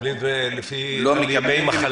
מקבלים לפי ימי מחלה.